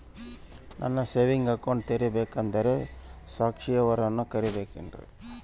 ನಾನು saving account ತೆಗಿಬೇಕಂದರ ಸಾಕ್ಷಿಯವರನ್ನು ಕರಿಬೇಕಿನ್ರಿ?